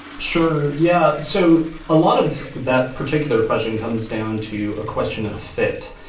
sure. yeah. so a lot of that particular question comes down to a question of fit.